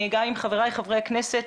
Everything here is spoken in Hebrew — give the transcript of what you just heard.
גם עם חבריי חברי הכנסת,